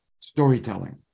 storytelling